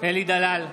אלי דלל,